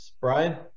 Brian